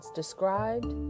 described